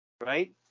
right